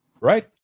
right